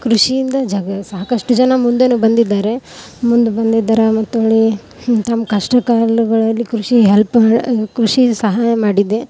ಕೃಷಿಯಿಂದ ಜಗ ಸಾಕಷ್ಟು ಜನ ಮುಂದೆಯೂ ಬಂದಿದ್ದಾರೆ ಮುಂದೆ ಬಂದಿದ್ದಾರೆ ತಮ್ಮ ಕಷ್ಟಕಾಲಗಳಲ್ಲಿ ಕೃಷಿ ಹೆಲ್ಪ್ ಕೃಷಿ ಸಹಾಯ ಮಾಡಿದೆ